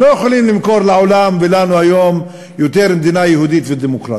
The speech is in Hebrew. היום לא יכולים יותר למכור לעולם ולנו מדינה יהודית ודמוקרטית.